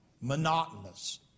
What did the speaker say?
monotonous